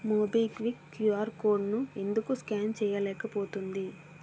MobiKwik QR code ను ఎందుకు scan చేయలేకపోతుంది